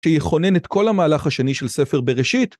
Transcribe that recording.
‫שיכונן את כל המהלך השני ‫של ספר בראשית.